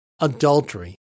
adultery